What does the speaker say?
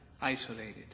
isolated